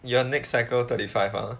your next cycle thirty five ah